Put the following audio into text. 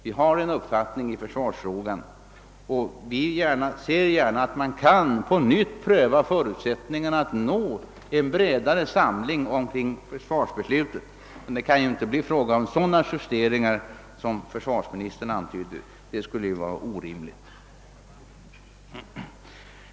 Vi har en uppfattning i försvarsfrågan och ser gärna att man på nytt prövar förutsättningarna att nå en bredare samling kring försvarsbudet, men det kan inte blir fråga om sådana justeringar som försvarsministern antydde; det skulle vara orimligt.